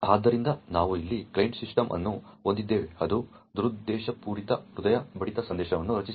ಆದ್ದರಿಂದ ನಾವು ಇಲ್ಲಿ ಕ್ಲೈಂಟ್ ಸಿಸ್ಟಮ್ ಅನ್ನು ಹೊಂದಿದ್ದೇವೆ ಅದು ದುರುದ್ದೇಶಪೂರಿತ ಹೃದಯ ಬಡಿತ ಸಂದೇಶವನ್ನು ರಚಿಸಿದೆ